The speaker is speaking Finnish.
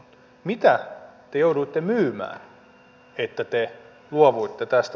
mitä te saitte kun te luovuitte tästä